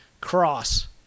Cross